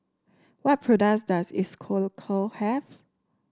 what products does Isocal have